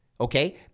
Okay